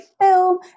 film